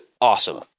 awesome